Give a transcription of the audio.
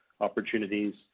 opportunities